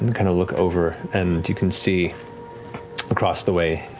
and kind of look over and you can see across the way,